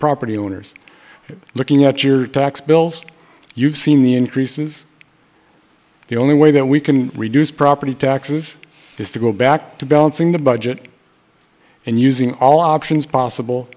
property owners looking at your tax bills you've seen the increases the only way that we can reduce property taxes is to go back to balancing the budget and using all options possible